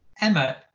Emma